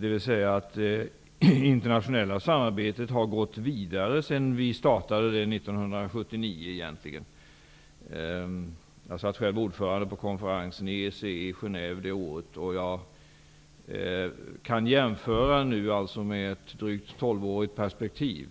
Det internationella samarbetet har gått vidare sedan vi startade det 1979. Jag satt själv ordförande på konferensen i EEC i Genève det året. Jag kan nu göra jämförelser i ett perspektiv på drygt tolv år och se